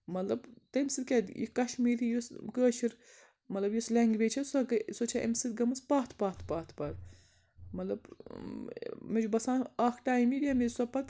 مطلب تٔمہِ سۭتۍ کیٛاہ یہِ کشمیٖری یُس کٲشُر مطلب یُس لٮ۪نٛگویج چھےٚ سۄ سۄ چھےٚ اَمہِ سۭتۍ گٔمٕژ پَتھ پَتھ پَتھ پَتھ مطلب مےٚ چھُ باسان اکھ ٹایمٕے ییٚمہِ وِزِ سۄ پَت